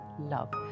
love